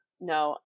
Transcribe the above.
no